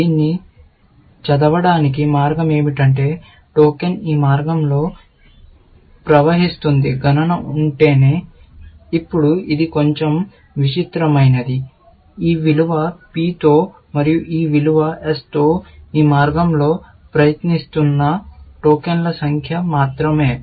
దీన్ని చదవడానికి మార్గం ఏమిటంటే టోకెన్ ఈ మార్గంలో ప్రవహిస్తుంది గణన ఉంటేనే ఇప్పుడు ఇది కొంచెం విచిత్రమైనది ఈ విలువ P తో మరియు ఈ విలువ S తో ఈ మార్గంలో ప్రయాణిస్తున్న టోకెన్ల సంఖ్య మాత్రమే 0